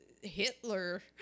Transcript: Hitler